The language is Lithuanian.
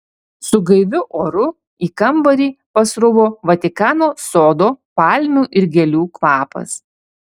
su gaiviu oru į kambarį pasruvo vatikano sodo palmių ir gėlių kvapas